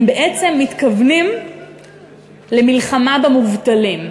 הם בעצם מתכוונים למלחמה במובטלים,